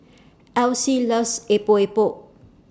Elyse loves Epok Epok